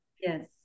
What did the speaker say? Yes